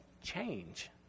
change